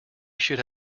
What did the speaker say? should